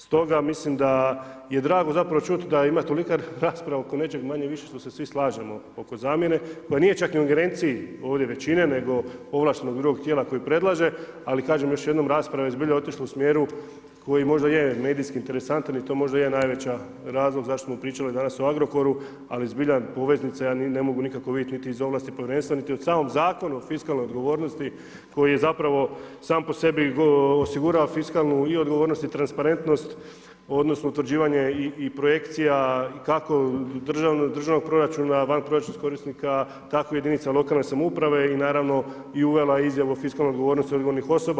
Stoga mislim da je drago zapravo čuti da ima tolika rasprava oko nečeg manje-više što se svi slažemo oko zamjene, koja nije čak ni u ingerenciji ovdje većine, nego ovlaštenog drugog tijela koje predlaže, ali kažem još jednom, rasprava je zbilja otišla u smijeru koji možda je medijski interesantan i to možda je najveća razlog zašto smo pričali danas o Agrokoru, ali zbilja poveznica, ja ne mogu nikako vidjeti niti iz ovlasti Povjerenstva, niti u samom Zakonu o fiskalnoj odgovornosti koji je zapravo sam po sebi osigurava fiskalnu i odgovornost i transparentnost, odnosno utvrđivanje i projekcija kao državnog proračuna van proračunskih korisnika, tako jedinica lokalne samouprave i naravno i uvela izjavu o fiskalnoj odgovornosti odgovornih osoba.